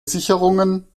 sicherungen